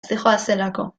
zihoazelako